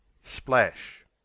splash